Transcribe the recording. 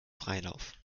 freilauf